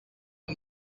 amb